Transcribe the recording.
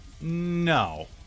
No